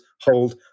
hold